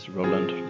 Roland